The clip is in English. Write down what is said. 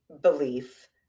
belief